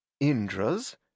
Indra's